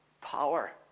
power